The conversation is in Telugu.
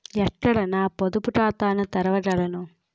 ఎక్కడ నా పొదుపు ఖాతాను తెరవగలను?